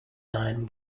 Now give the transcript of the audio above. nine